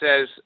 says